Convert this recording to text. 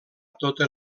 tota